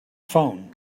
phone